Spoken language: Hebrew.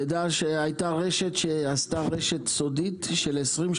תדע שהייתה רשת שעשתה רשת סודית של 20%,